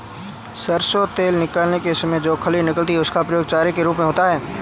सरसों तेल निकालने के समय में जो खली निकलता है उसका प्रयोग चारा के रूप में होता है